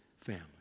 family